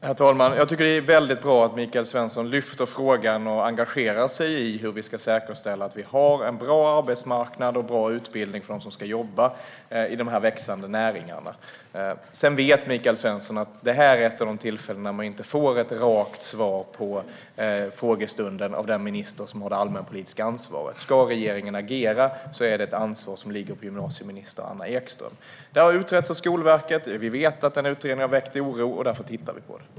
Herr talman! Det är väldigt bra att Michael Svensson lyfter upp frågan och engagerar sig i hur vi ska säkerställa en bra arbetsmarknad och bra utbildning för dem som ska jobba i dessa växande näringar. Sedan vet Michael Svensson att detta är ett av de tillfällen då man inte får ett rakt svar på frågestunden av den minister som har det allmänpolitiska ansvaret. Ska regeringen agera är det ett ansvar som ligger på gymnasieminister Anna Ekström. Detta har utretts av Skolverket. Vi vet att den utredningen har väckt oro, och vi tittar därför på detta.